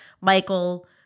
Michael